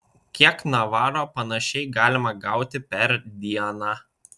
kiek navaro panašiai galima gauti per dieną